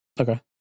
Okay